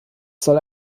soll